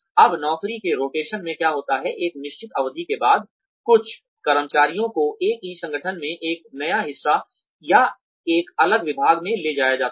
अब नौकरी के रोटेशन में क्या होता है एक निश्चित अवधि के बाद कुछ कर्मचारियों को एक ही संगठन में एक नया हिस्सा या एक अलग विभाग में ले जाया जाता है